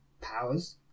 powers